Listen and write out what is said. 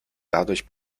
dadurch